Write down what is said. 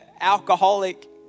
alcoholic